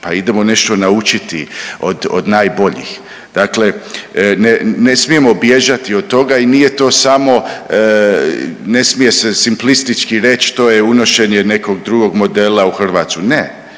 pa idemo nešto naučiti od, od najboljih. Dakle, ne, ne smijemo bježati od toga i nije to samo, ne smije se simplistički reć to je unošenje nekog drugog modela u Hrvatsku. Ne,